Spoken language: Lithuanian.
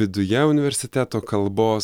viduje universiteto kalbos